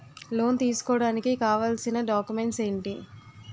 Loan తీసుకోడానికి కావాల్సిన documents ఎంటి?